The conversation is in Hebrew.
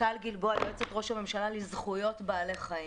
אני יועצת ראש הממשלה לזכויות בעלי חיים.